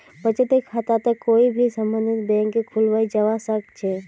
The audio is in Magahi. बचत खाताक कोई भी सम्बन्धित बैंकत खुलवाया जवा सक छे